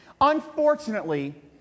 Unfortunately